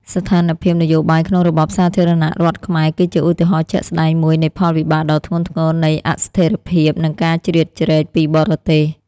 ស្ថានភាពនយោបាយក្នុងរបបសាធារណរដ្ឋខ្មែរគឺជាឧទាហរណ៍ជាក់ស្តែងមួយនៃផលវិបាកដ៏ធ្ងន់ធ្ងរនៃអស្ថិរភាព និងការជ្រៀតជ្រែកពីបរទេស។